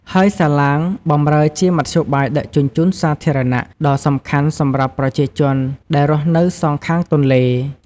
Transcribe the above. ហើយសាឡាងបម្រើជាមធ្យោបាយដឹកជញ្ជូនសាធារណៈ ដ៏សំខាន់សម្រាប់ប្រជាជនដែលរស់នៅសងខាងទន្លេ។